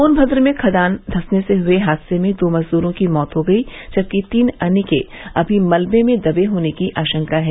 सोनभद्र में खदान धंसने से हुए हादसे में दो मजदूरों की मौत हो गयी जबकि तीन अन्य के अभी मलबे में दबे होने की आशंका है